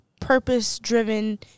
purpose-driven